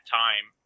time